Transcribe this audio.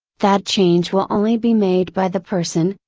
that change will only be made by the person,